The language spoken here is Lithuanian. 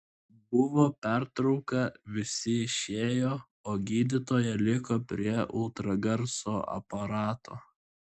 buvo pertrauka visi išėjo o gydytoja liko prie ultragarso aparato